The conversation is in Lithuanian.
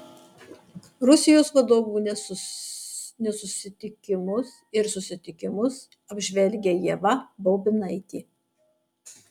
rusijos vadovų nesusitikimus ir susitikimus apžvelgia ieva baubinaitė